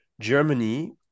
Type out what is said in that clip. Germany